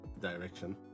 direction